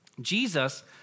Jesus